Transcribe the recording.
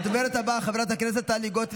הדוברת הבאה, חברת הכנסת טלי גוטליב,